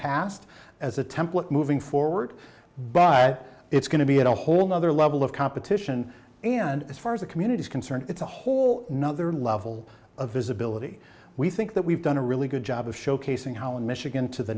past as a template moving forward but it's going to be at a whole nother level of competition and as far as the community is concerned it's a whole nother level of visibility we think that we've done a really good job of showcasing how in michigan to the